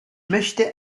möchte